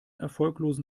erfolglosen